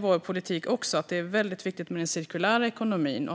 Vår politik är också att det är väldigt viktigt med den cirkulära ekonomin.